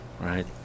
right